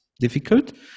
difficult